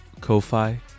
Ko-Fi